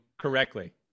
correctly